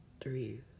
three